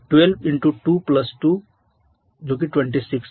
12 × 2 2 जो कि 26 है